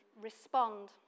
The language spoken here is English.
respond